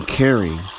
caring